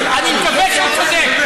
אני לא מבין אותך, חבר הכנסת טיבי.